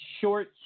short